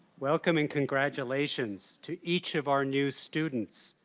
welcome and congratulations to each of our new students.